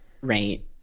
right